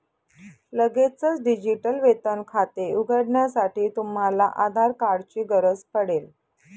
लगेचच डिजिटल वेतन खाते उघडण्यासाठी, तुम्हाला आधार कार्ड ची गरज पडेल